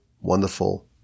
wonderful